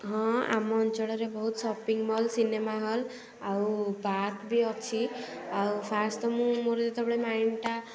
ହଁ ଆମ ଅଞ୍ଚଳରେ ବହୁତ ସପିଂ ମଲ୍ ସିନେମା ହଲ୍ ଆଉ ପାର୍କ ବି ଅଛି ଆଉ ଫାଷ୍ଟ୍ ତ ମୁଁ ମୋର ଯେତେବେଳେ ମାଇଣ୍ଡଟା